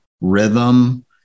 rhythm